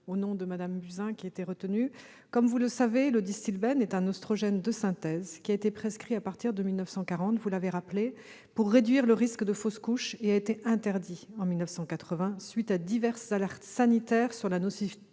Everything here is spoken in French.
au nom de Mme Buzyn. Comme vous le savez, le Distilbène est un oestrogène de synthèse qui a été prescrit à partir des années 1940, vous l'avez rappelé, pour réduire le risque de fausse couche, et qui a été interdit en 1980, à la suite de diverses alertes sanitaires sur la nocivité